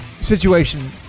situation